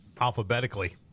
alphabetically